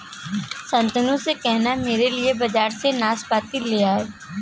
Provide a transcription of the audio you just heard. शांतनु से कहना मेरे लिए बाजार से नाशपाती ले आए